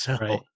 right